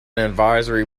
advisory